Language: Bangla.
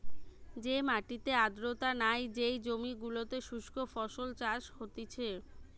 যে মাটিতে আর্দ্রতা নাই, যেই জমি গুলোতে শুস্ক ফসল চাষ হতিছে